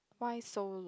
why so long